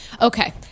Okay